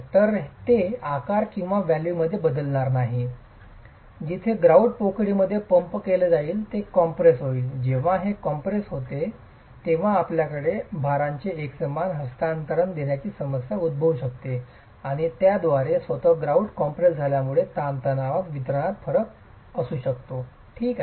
तर ते आकार किंवा व्हॉल्यूममध्ये बदलणार नाही जिथे ग्रॉउट पोकळीमध्ये पंप केले जाईल ते कॉम्प्रेस होईल जेव्हा हे कॉम्प्रेस होते तेव्हा आपल्याकडे भारांचे एकसमान हस्तांतरण होण्याची समस्या उद्भवू शकते आणि त्याद्वारे स्वतः ग्रॉउट कॉम्प्रेस झाल्यामुळे ताणतणाव वितरणात फरक असू शकतो ठीक आहे